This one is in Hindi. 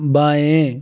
बायें